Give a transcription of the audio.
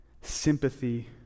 sympathy